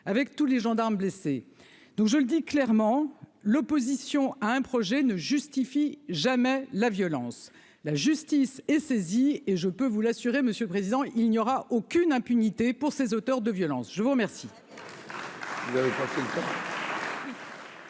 avec tous les gendarmes blessés, donc je le dis clairement l'opposition à un projet ne justifie jamais la violence, la justice est saisie et je peux vous l'assurer, monsieur président il n'y aura aucune impunité pour ces auteurs de violence, je vous remercie.